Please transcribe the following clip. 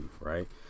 right